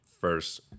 first